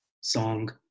song